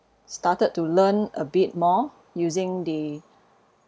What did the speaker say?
started to learn a bit more using the